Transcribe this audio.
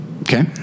Okay